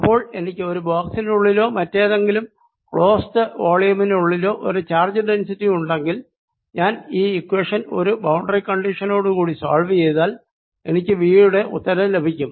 അപ്പോൾ എനിക്ക് ഒരു ബോക്സിനുള്ളിലോ മറ്റേതെങ്കില് ക്ലോസ്ഡ് വോളിയു മിനുള്ളിലോ ഒരു ചാർജ് ഡെന്സിറ്റി ഉണ്ടെങ്കിൽ ഞാൻ ഈ ഇക്വേഷൻ ഒരു ബൌണ്ടറി കണ്ടിഷനോട് കൂടി സോൾവ് ചെയ്താൽ എനിക്ക് V യുടെ ഉത്തരം ലഭിക്കും